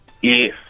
Yes